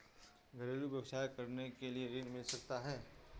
घरेलू व्यवसाय करने के लिए ऋण मिल सकता है?